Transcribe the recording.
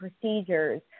procedures